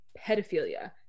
pedophilia